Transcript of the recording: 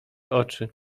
oczy